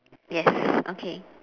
yes okay